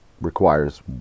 requires